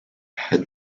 head